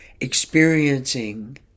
experiencing